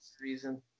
Reason